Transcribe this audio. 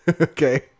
Okay